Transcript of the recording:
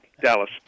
Dallas